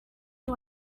you